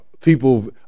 people